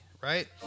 right